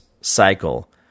cycle